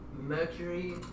Mercury